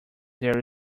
there